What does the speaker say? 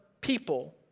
people